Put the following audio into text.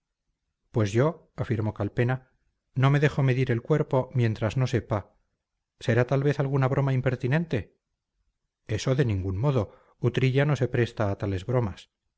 pues yo afirmó calpena no me dejo medir el cuerpo mientras no sepa será tal vez alguna broma impertinente eso de ningún modo utrilla no se presta a tales bromas